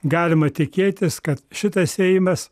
galima tikėtis kad šitas seimas